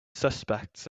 suspects